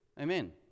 amen